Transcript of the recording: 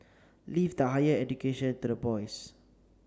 leave the higher education to the boys